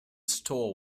store